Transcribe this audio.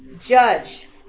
judge